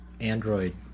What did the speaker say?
Android